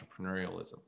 entrepreneurialism